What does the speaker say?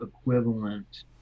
equivalent